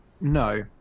No